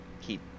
keep